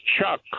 Chuck